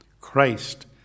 christ